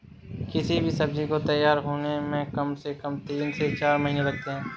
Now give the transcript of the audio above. किसी भी सब्जी को तैयार होने में कम से कम तीन से चार महीने लगते हैं